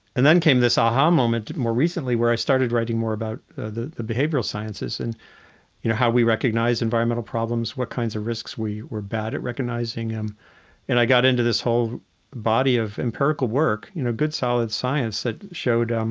and then came this aha moment more recently where i started writing more about the the behavioral sciences and you know how we recognize environmental problems, what kinds of risks we were bad at recognizing and and i got into this whole body of empirical work, you know, good solid science that showed um